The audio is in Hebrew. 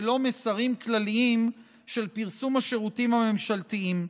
ולא מסרים כלליים של פרסום השירותים הממשלתיים.